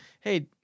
hey